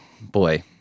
Boy